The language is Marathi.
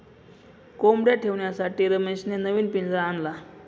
कोंबडया ठेवण्यासाठी रमेशने नवीन पिंजरा आणला